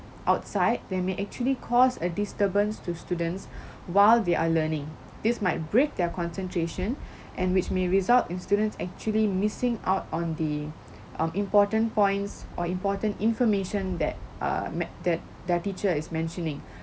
outside that may actually cause a disturbance to students while they are learning this might break their concentration and which may result in students actually missing out on the um important points or important information that uh ment~ that the teacher is mentioning